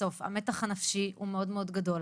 בסוף המתח הנפשי הוא מאוד מאוד גדול,